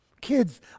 kids